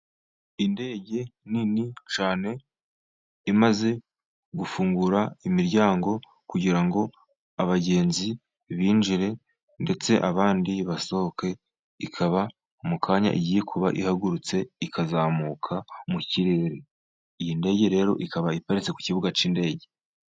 Indege nini cyane, imaze gufungura imiryango, kugira ngo abagenzi binjire, ndetse abandi basohoke, ikaba mu kanya igiye kuba ihagurutse ikazamuka mu kirere. Iyi ndege rero ikaba iparitse ku kibuga cy'indege.